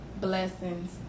blessings